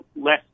less